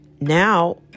now